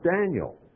Daniel